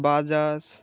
Bajaj